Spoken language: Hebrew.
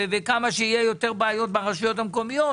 וכמה שיהיה יותר בעיות ברשויות המקומיות